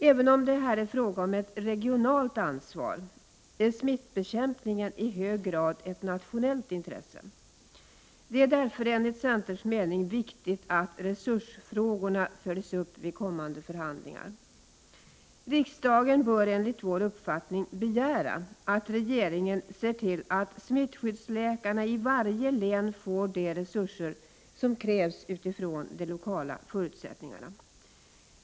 Även om det är fråga om ett regionalt ansvar, är smittbekämpningen i hög grad ett nationellt intresse. Det är därför enligt centerns mening viktigt att resursfrågorna följs upp vid kommande förhandlingar. Riksdagen bör, enligt vår uppfattning, begära att regeringen ser till att smittskyddsläkarna i varje län får de resurser som krävs utifrån de lokala förutsättningarna.